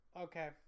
Okay